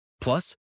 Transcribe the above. Plus